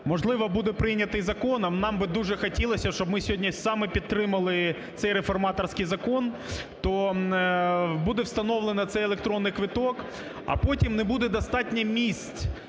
можливо, буде прийнятий закон, а нам би дуже хотілося, щоб ми сьогодні саме підтримали цей реформаторський закон, то буде встановлено цей електронний квиток, а потім не буде достатньо місць